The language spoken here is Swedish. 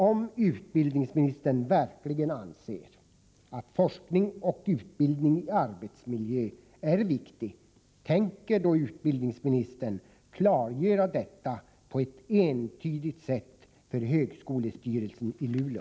Om utbildningsministern verkligen anser att forskning och utbildning i arbetsmiljö är viktig, tänker då utbildningsministern klargöra detta på ett entydigt sätt för högskolestyrelsen i Luleå?